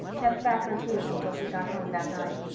kept back her tears until she got home that night.